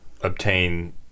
obtain